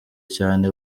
cyane